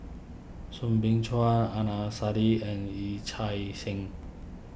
Soo Bin Chua Adnan Saidi and Yee Chia Hsing